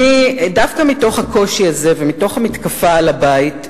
דווקא מתוך הקושי הזה ומתוך מתקפה על הבית,